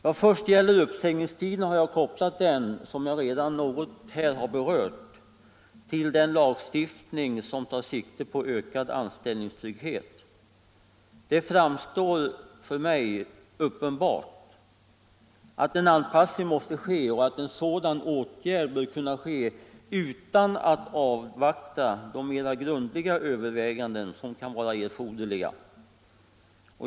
Vad först gäller uppsägningstiden har jag, som jag här redan har berört, kopplat den till den lagstiftning som tar sikte på ökad anställningstrygghet. Det framstår för mig som uppenbart att en anpassning måste ske och att en sådan åtgärd bör kunna vidtas utan att man avvaktar de mera grundliga överväganden som kan vara erforderliga.